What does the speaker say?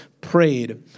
prayed